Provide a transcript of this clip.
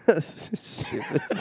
Stupid